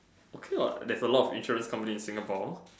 okay what there's a lot of insurance companies in Singapore